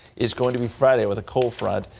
is going to be friday with a cold front